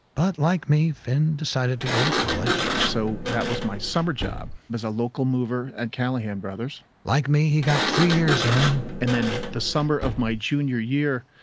but like me, finn decided to go to college. so that was my summer job as a local mover at callahan brothers. like me, he got three years in. but and then the summer of my junior year,